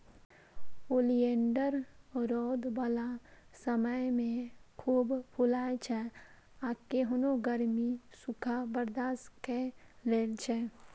oleander रौद बला समय मे खूब फुलाइ छै आ केहनो गर्मी, सूखा बर्दाश्त कए लै छै